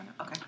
Okay